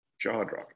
jaw-dropping